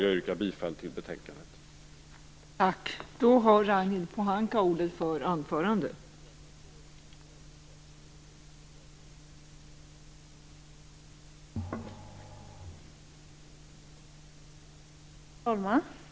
Jag yrkar bifall till utskottets hemställan.